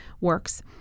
works